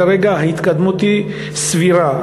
כרגע ההתקדמות היא סבירה.